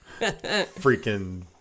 Freaking